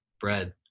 bread